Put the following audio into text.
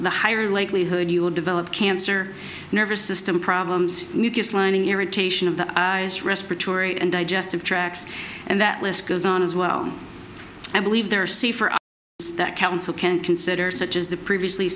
the higher likelihood you will develop cancer nervous system problems mucous lining irritation of the eyes respiratory and digestive tracks and that list goes on as well i believe there are safer that council can consider such as the previously